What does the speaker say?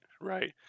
Right